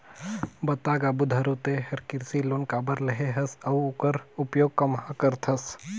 बता गा बुधारू ते हर कृसि लोन काबर लेहे हस अउ ओखर उपयोग काम्हा करथस